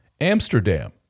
Amsterdam